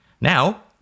Now